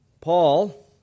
Paul